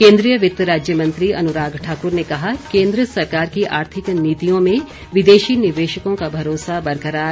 केंद्रीय वित्त राज्य मंत्री अनुराग ठाकुर ने कहा केंद्र सरकार की आर्थिक नीतियों में विदेशी निवेशकों का भरोसा बरकरार